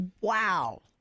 Wow